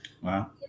Wow